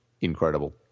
incredible